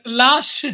last